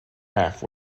half